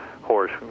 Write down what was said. horse